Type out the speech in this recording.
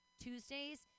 Tuesdays